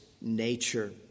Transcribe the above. nature